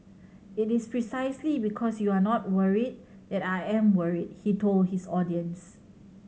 it is precisely because you are not worried that I am worried he told his audience